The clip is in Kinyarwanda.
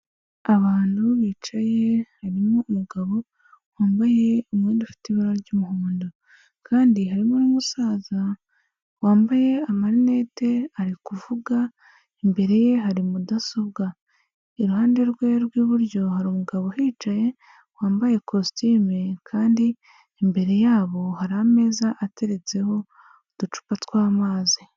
Abantu bicaye harimo umugabo wambaye umwenda ufite ibara ry'umuhondo, kandi harimo n'umusaza wambaye amarinete ari kuvuga imbere ye hari mudasobwa, iruhande rwe rw'iburyo hari umugabo uhicaye wambaye kositimu kandi imbere yabo hari ameza ateretseho uducupa tw'amazi.